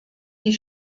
die